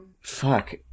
Fuck